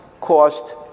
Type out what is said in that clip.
cost